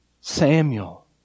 Samuel